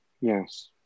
yes